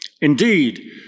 Indeed